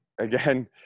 Again